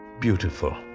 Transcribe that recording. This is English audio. Beautiful